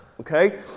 okay